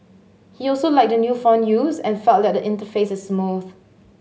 he also liked the new font used and felt that the interface is smooth